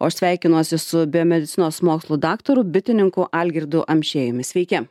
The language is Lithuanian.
o aš sveikinuosi su biomedicinos mokslų daktaru bitininku algirdu amšiejumi sveiki